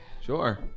Sure